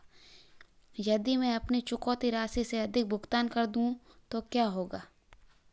यदि मैं अपनी चुकौती राशि से अधिक भुगतान कर दूं तो क्या होगा?